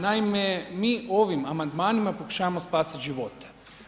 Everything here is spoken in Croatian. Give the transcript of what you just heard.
Naime, mi ovim amandmanima pokušavamo spasiti živote.